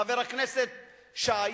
חבר הכנסת שי,